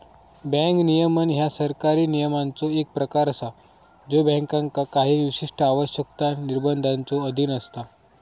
bank नियमन ह्या सरकारी नियमांचो एक प्रकार असा ज्यो बँकांका काही विशिष्ट आवश्यकता, निर्बंधांच्यो अधीन असता